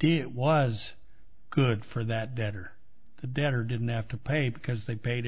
did it was good for that debtor the debtor didn't have to pay because they pa